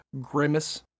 Grimace